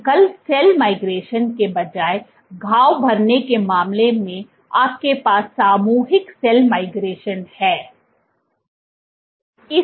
एकल cell migration के बजाय घाव भरने के मामले में आपके पास सामूहिक सेल माइग्रेशन है